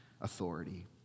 authority